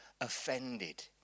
offended